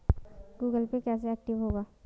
Google Pay कैसे active होगा?